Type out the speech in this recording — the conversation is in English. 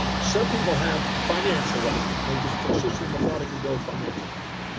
some people have financial wealth and they just consistently methodically build financial wealth.